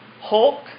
Hulk